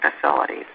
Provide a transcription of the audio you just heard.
facilities